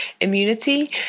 immunity